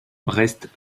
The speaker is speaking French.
restent